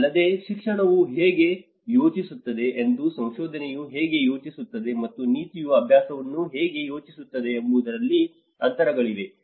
ಅಲ್ಲದೆ ಶಿಕ್ಷಣವು ಹೇಗೆ ಯೋಚಿಸುತ್ತದೆ ಮತ್ತು ಸಂಶೋಧನೆಯು ಹೇಗೆ ಯೋಚಿಸುತ್ತದೆ ಮತ್ತು ನೀತಿಯು ಅಭ್ಯಾಸವನ್ನು ಹೇಗೆ ಯೋಚಿಸುತ್ತದೆ ಎಂಬುದರಲ್ಲಿ ಅಂತರಗಳಿವೆ